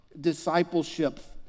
discipleship